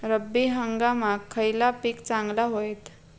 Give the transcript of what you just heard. रब्बी हंगामाक खयला पीक चांगला होईत?